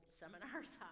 seminars